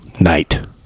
Night